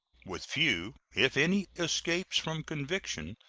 with few, if any, escapes from conviction,